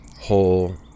whole